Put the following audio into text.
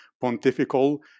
Pontifical